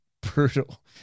brutal